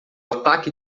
ataque